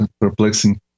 perplexing